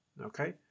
Okay